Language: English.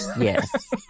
yes